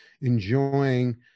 enjoying